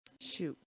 Shoot